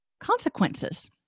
consequences